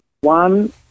one